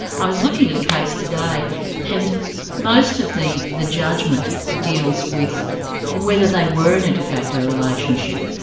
i was looking at a case today and most of the the judgment deals with whether they were in a de facto relationship,